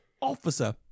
officer